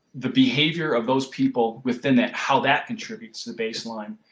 the behavior of those people within that how that contributes to the baseline.